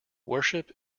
worship